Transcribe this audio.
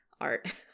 art